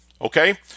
okay